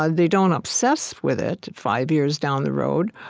ah they don't obsess with it five years down the road,